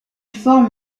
forme